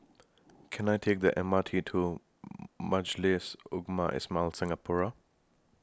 Can I Take The M R T to Majlis Ugama Islam Singapura